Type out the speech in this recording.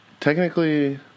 Technically